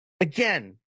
again